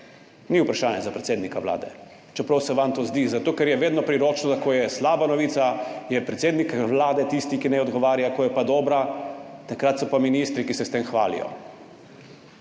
ni vprašanje za predsednika Vlade. Čeprav se vam to zdi, zato ker je vedno priročno, da ko je slaba novica, je predsednik Vlade tisti, ki naj odgovarja, ko je dobra, takrat so pa ministri, ki se s tem hvalijo.